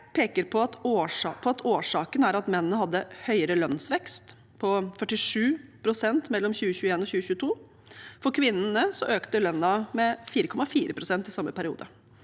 årsaken er at mennene hadde høyere lønnsvekst, på 4,7 pst., mellom 2021 og 2022. For kvinnene økte lønnen med 4,4 pst. i samme periode.